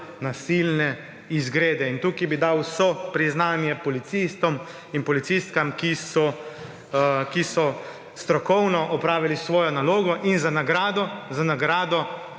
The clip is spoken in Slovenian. nasilne izgrede. In tukaj bi dal vso priznanje policistom in policistkam, ki so strokovno opravili svojo nalogo in za nagrado so